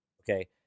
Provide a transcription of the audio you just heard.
Okay